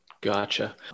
Gotcha